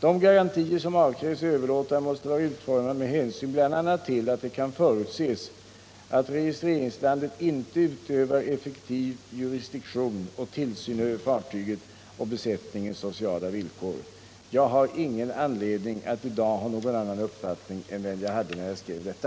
De garantier som avkrävs överlåtaren måste vara utformade med hänsyn bl.a. till att det kan förutses att registreringslandet inte utövar effektiv jurisdiktion och tillsyn över fartyget och besättningens sociala villkor.” Jag har ingen anledning att i dag ha någon annan uppfattning än den jag hade när jag skrev detta.